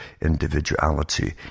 individuality